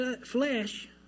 flesh